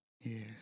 Yes